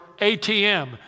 ATM